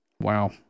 Wow